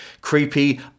creepy